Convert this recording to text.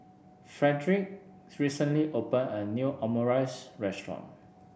Frederick recently opened a new Omurice restaurant